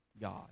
God